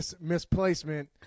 misplacement